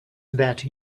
that